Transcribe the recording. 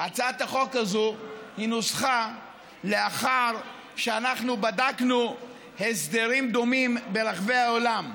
הצעת החוק הזו נוסחה לאחר שאנחנו בדקנו הסדרים דומים ברחבי העולם.